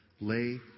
lay